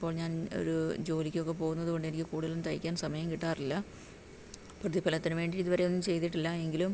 ഇപ്പോൾ ഞാൻ ഒരു ജോലിക്കൊക്കെ പോകുന്നത് കൊണ്ട് എനിക്ക് കൂടുതൽ തയ്ക്കാൻ സമയം കിട്ടാറില്ല പ്രതിഭലത്തിന് വേണ്ടി ഇതുവരെ ഒന്നും ചെയ്തിട്ടില്ല എങ്കിലും